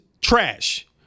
trash